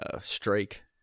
strike